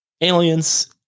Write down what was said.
aliens